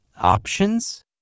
options